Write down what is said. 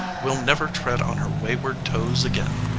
will never tread on her wayward toes again.